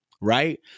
right